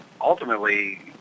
Ultimately